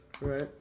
Right